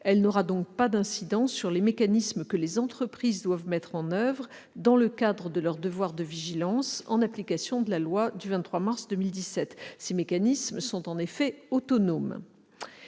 elle n'aura pas d'incidence sur les mécanismes que les entreprises doivent mettre en oeuvre dans le cadre de leur devoir de vigilance, en application de la loi du 23 mars 2017. Ces mécanismes sont en effet autonomes.